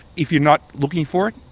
if you're not looking for,